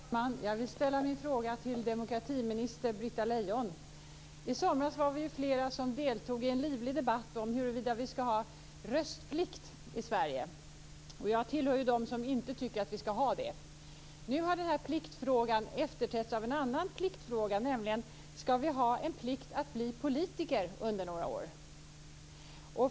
Fru talman! Jag vill ställa min fråga till demokratiminister Britta Lejon. I somras var vi flera som deltog i en livlig debatt om huruvida vi ska ha röstplikt i Sverige. Jag tillhör dem som inte tycker att vi ska ha det. Nu har den pliktfrågan efterträtts av en annan pliktfråga, nämligen: Ska vi ha en plikt att bli politiker under några år?